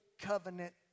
covenant